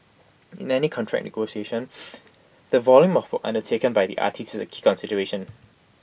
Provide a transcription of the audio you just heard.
in any contract negotiation the volume of work undertaken by the artiste is A key consideration